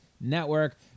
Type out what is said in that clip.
network